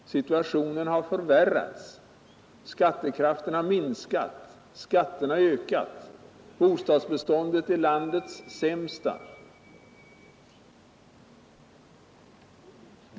Situationen har förvärrats, skattekraften har minskat, skatterna har ökat och bostadsbeståndet är landets sämsta.